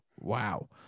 Wow